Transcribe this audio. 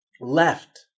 left